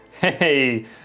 Hey